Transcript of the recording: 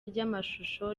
ry’amashusho